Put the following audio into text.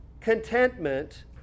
contentment